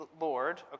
Lord